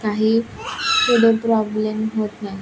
काही पुढे प्रॉब्लेम होत नाही